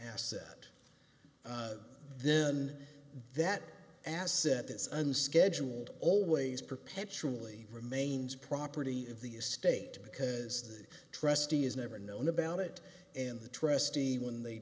asset then that asset this unscheduled always perpetually remains property of the state because the trustee has never known about it and the trustee when they